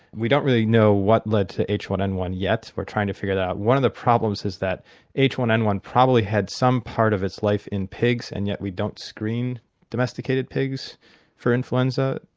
we don't really know what led to h one n one yet, we're trying to figure that out. one of the problems is that h one n one probably had some part of its life in pigs and yet we don't screen domesticated pigs for influenza,